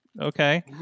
okay